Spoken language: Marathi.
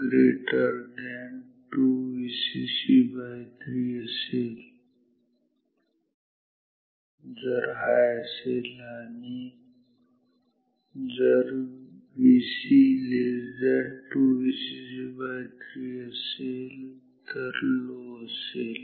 जर Vc 2 Vcc 3 असेल तर हाय असेल आणि जर Vc 2 Vcc3 असेल तर लो असेल